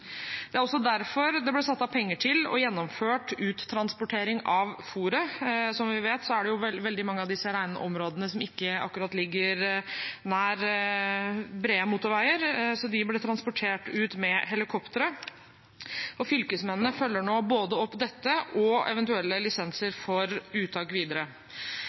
Det er også derfor det ble satt av penger til og gjennomført uttransportering av fôret. Som vi vet, er det veldig mange av disse reinområdene som ikke akkurat ligger nær brede motorveier, så det ble transportert ut med helikoptre. Fylkesmennene følger nå opp både dette og eventuelle lisenser for uttak videre.